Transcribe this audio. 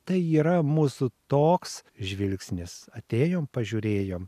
tai yra mūsų toks žvilgsnis atėjom pažiūrėjom